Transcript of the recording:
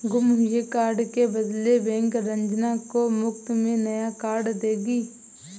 गुम हुए कार्ड के बदले बैंक रंजना को मुफ्त में नया कार्ड देगी